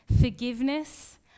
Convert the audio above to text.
forgiveness